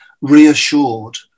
reassured